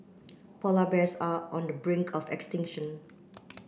polar bears are on the brink of extinction